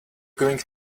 going